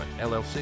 LLC